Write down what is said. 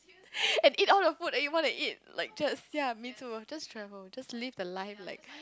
and eat all the food that you want to eat like just ya me too just travel just live the life like